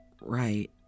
Right